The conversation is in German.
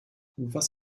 was